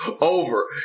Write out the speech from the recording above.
over